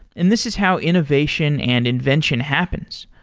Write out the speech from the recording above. and this is how innovation and invention happens.